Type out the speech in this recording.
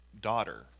daughter